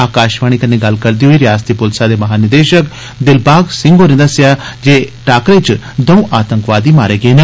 आकाशवाणी कन्नै गल्ल करदे होई रयासती प्लसै दे महानिदेशक दिलबाग सिंह होरें दस्सेया जे टाकरे च दंऊ आतंकवादी मारे गेन